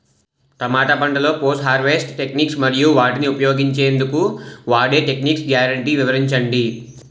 టమాటా పంటలో post harvest techniques మరియు వాటిని ఉంచెందుకు వాడే టెక్నిక్స్ గ్యారంటీ వివరించండి?